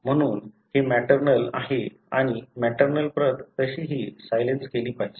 म्हणून हे मॅटर्नल आहे आणि मॅटर्नल प्रत तशीही सायलेन्स केली पाहिजे